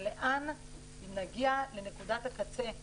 ואם נגיע לנקודת הקצה,